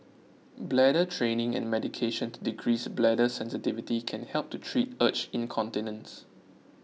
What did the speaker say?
bladder training and medication to decrease bladder sensitivity can help to treat urge incontinence